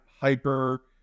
hyper